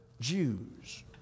Jews